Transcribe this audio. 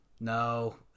No